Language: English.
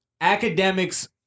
Academics